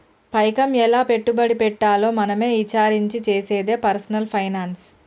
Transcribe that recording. పైకం ఎలా పెట్టుబడి పెట్టాలో మనమే ఇచారించి చేసేదే పర్సనల్ ఫైనాన్స్